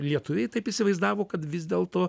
lietuviai taip įsivaizdavo kad vis dėlto